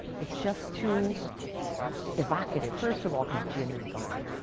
it's just too evocative. first of all, because jim is gone.